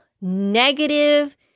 negative